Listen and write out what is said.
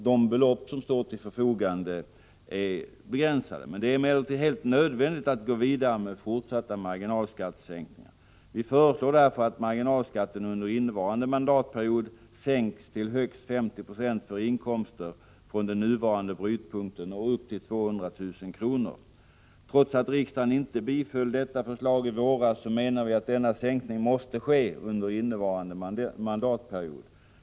De belopp som står till förfogande är begränsade. Men det är alldeles nödvändigt att gå vidare med fortsatta marginalskattesänkningar. Vi föreslår därför att marginalskatten under innevarande mandatperiod sänks till högst 50 26 på inkomster från den nuvarande brytpunkten och upp till 200 000 kr. Trots att riksdagen inte biföll detta förslag i våras menar vi att denna sänkning måste ske under innevarande mandatperiod.